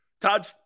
Todd